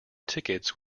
tickets